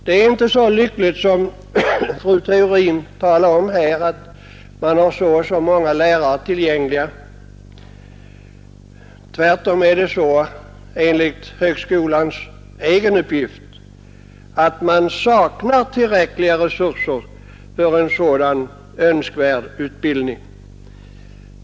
Det är inte så lyckligt som fru Theorin påstod då hon talade om att man hade så och så många lärare tillgängliga. Tvärtom är det enligt högskolans egen uppgift så att man saknar tillräckliga resurser för en sådan önskvärd utbildning.